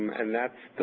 and that's